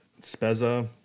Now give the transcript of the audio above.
Spezza